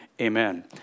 Amen